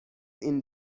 این